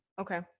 Okay